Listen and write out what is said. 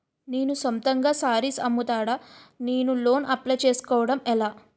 నేను సొంతంగా శారీస్ అమ్ముతాడ, నేను లోన్ అప్లయ్ చేసుకోవడం ఎలా?